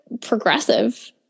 progressive